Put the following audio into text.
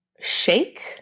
shake